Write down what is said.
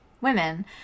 women